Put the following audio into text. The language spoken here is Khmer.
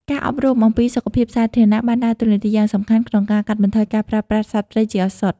ការអប់រំអំពីសុខភាពសាធារណៈបានដើរតួនាទីយ៉ាងសំខាន់ក្នុងការកាត់បន្ថយការប្រើប្រាស់សត្វព្រៃជាឱសថ។